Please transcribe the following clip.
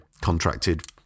contracted